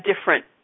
different